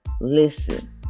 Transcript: listen